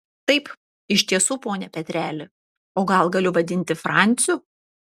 taip iš tiesų pone petreli o gal galiu vadinti franciu